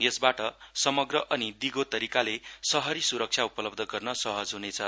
यसबाट समग्र समग्र अनि दिगो तारिकाले शहरी सुरक्षा उपलब्ध गर्न सहज हुनेछ